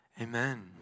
Amen